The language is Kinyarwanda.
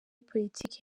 politiki